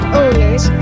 owners